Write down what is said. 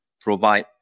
provide